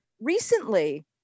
recently